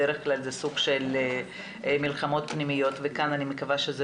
בדרך כלל זה סוג של מלחמות פנימיות וכאן אני מקווה שזה